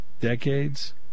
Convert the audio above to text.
decades